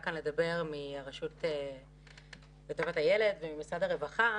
כאן לדבר מהשירות למען הילד וממשרד הרווחה